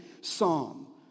psalm